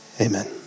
Amen